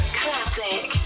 classic